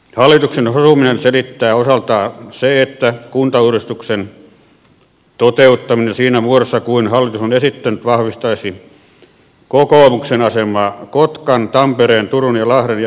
hallituksen hosumisen selittää osaltaan se että kuntauudistuksen toteuttaminen siinä muodossa kuin hallitus on esittänyt vahvistaisi kokoomuksen asemaa kotkan tampereen turun ja lahden ja helsingin seuduilla